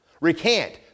Recant